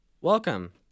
Welcome